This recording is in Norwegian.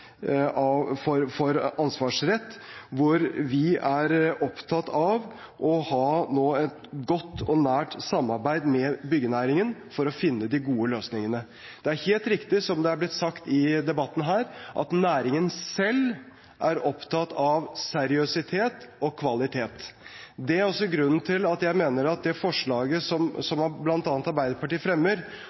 lokal godkjenning for ansvarsrett, hvor vi er opptatt av å ha et godt og nært samarbeid med byggenæringen nå for å finne de gode løsningene. Det er helt riktig, som det er blitt sagt i debatten her, at næringen selv er opptatt av seriøsitet og kvalitet. Det er også grunnen til at jeg mener at det forslaget som bl.a. Arbeiderpartiet fremmer,